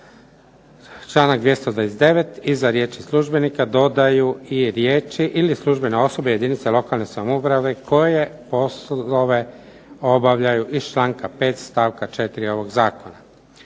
članak 229. iza riječi službenika dodaju i riječi ili službena osoba jedinica lokalne samouprave koje poslove obavljaju iz članka 5. stavka 4. ovog zakona.